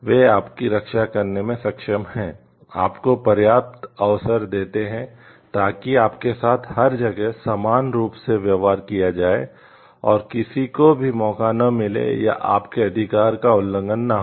वे आपकी रक्षा करने में सक्षम हैं आपको पर्याप्त अवसर देते हैं ताकि आपके साथ हर जगह समान रूप से व्यवहार किया जाए और किसी को भी मौका न मिले या आपके अधिकारों का उल्लंघन न हो